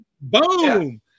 Boom